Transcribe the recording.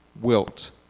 wilt